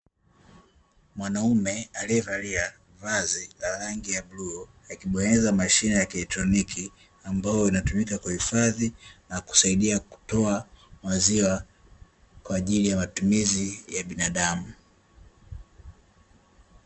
Mwanaume aliyevalia vazi la rangi ya bluu akibonyeza mashine ya kieletroniki, ambayo inatumika kuifadhi na kusaidia kutoa maziwa kwaajili ya matumizi ya binadamu.